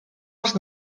els